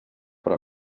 però